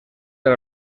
del